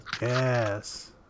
Yes